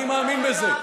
אני מאמין בזה.